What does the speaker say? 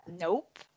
Nope